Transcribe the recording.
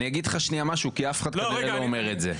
אגיד לך שנייה משהו כי אף אחד כנראה לא אומר את זה: